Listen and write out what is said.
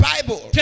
Bible